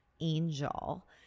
angel